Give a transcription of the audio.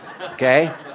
okay